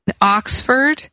Oxford